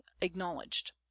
acknowledged